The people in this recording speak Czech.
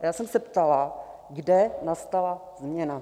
Já jsem se ptala, kde nastala změna.